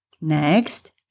Next